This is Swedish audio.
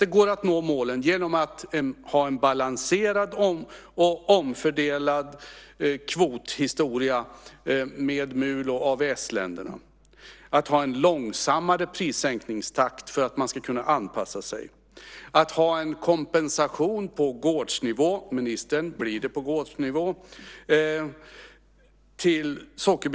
Det går att nå målen genom att ha en balanserad, omfördelad kvothistoria med MUL och AVS-länderna. Det handlar om att ha en långsammare prissänkningstakt för att man ska kunna anpassa sig och att ha en kompensation på gårdsnivå till sockerbetsodlarna i Sverige - blir det på gårdsnivå, ministern?